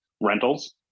rentals